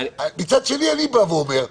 מצד שני אני בא ואומר,